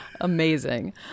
amazing